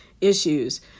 issues